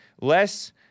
less